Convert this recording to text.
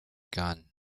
gun